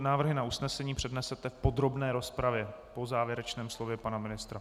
Návrhy na usnesení přednesete v podrobné rozpravě po závěrečném slově pana ministra.